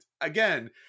Again